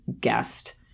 guest